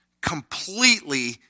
completely